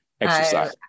exercise